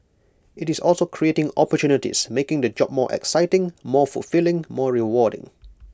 IT is also creating opportunities making the job more exciting more fulfilling more rewarding